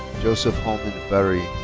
joseph holman vairy.